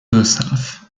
yourself